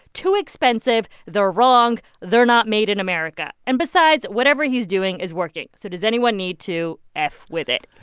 too expensive. they're wrong. they're not made in america. and besides, whatever he's doing is working, so does anyone need to f with it?